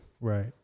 Right